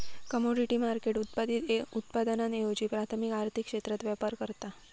commodity market उत्पादित उत्पादनांऐवजी प्राथमिक आर्थिक क्षेत्रात व्यापार करता